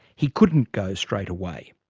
he couldn't go straight away.